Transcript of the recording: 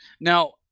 Now